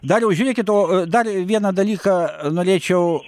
dariau žiūrėkit o dar vieną dalyką norėčiau